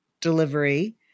delivery